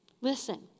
Listen